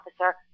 officer